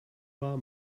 war